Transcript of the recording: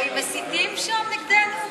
או הם מסיתים שם נגדנו,